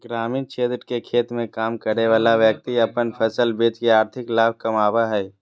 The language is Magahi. ग्रामीण क्षेत्र के खेत मे काम करय वला व्यक्ति अपन फसल बेच के आर्थिक लाभ कमाबय हय